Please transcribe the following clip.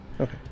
Okay